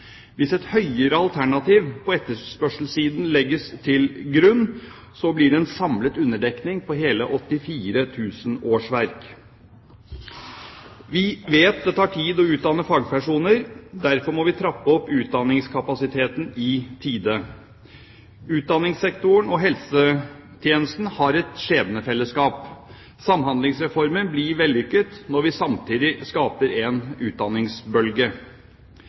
Hvis et høyere alternativ på etterspørselssiden legges til grunn, blir det en samlet underdekning på hele 84 000 årsverk. Vi vet at det tar tid å utdanne fagpersoner. Derfor må vi trappe opp utdanningskapasiteten i tide. Utdanningssektoren og helsetjenesten har et skjebnefellesskap – Samhandlingsreformen blir vellykket når vi samtidig skaper en utdanningsbølge.